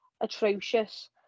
atrocious